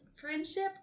friendship